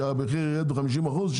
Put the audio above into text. שהמחיר ירד ב-50-60 אחוז?